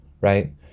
right